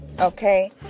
okay